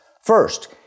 First